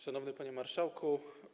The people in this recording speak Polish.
Szanowny Panie Marszałku!